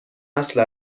اصل